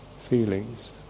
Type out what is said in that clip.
feelings